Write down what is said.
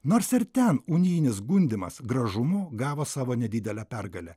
nors ar ten unijinis gundymas gražumu gavo savo nedidelę pergalę